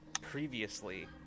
previously